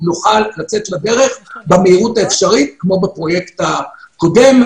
נוכל לצאת לדרך במהירות האפשרית כמו בפרויקט הקודם,